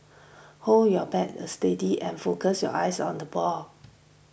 hold your bat steady and focus your eyes on the ball